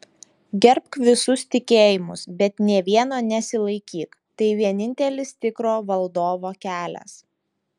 gerbk visus tikėjimus bet nė vieno nesilaikyk tai vienintelis tikro valdovo kelias